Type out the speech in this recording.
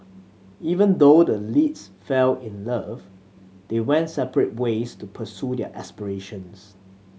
even though the leads fell in love they went separate ways to pursue their aspirations